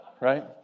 right